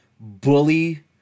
Bully